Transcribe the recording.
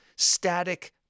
static